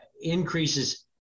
increases